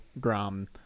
Grom